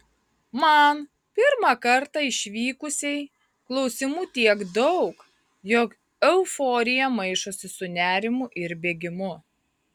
man pirmą kartą išvykusiai klausimų tiek daug jog euforija maišosi su nerimu ir bėgimu